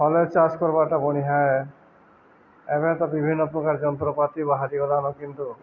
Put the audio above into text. ଫଳ ଚାଷ କର୍ବାର୍ଟା ବଢ଼ିଆଁ ଏବେ ତ ବିଭିନ୍ନ ପ୍ରକାର ଯନ୍ତ୍ରପାତି ବାହାରି ଗଲାନ କିନ୍ତୁ